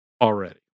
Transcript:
already